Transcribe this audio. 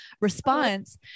response